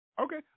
Okay